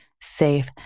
safe